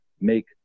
make